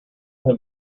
him